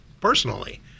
personally